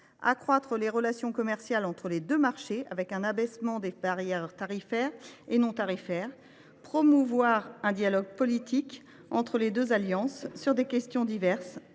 accroître les relations commerciales entre les deux marchés, par un abaissement des barrières tarifaires et non tarifaires ; d’autre part, promouvoir un dialogue politique entre les deux alliances sur des questions diverses,